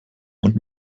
und